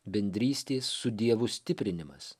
bendrystės su dievu stiprinimas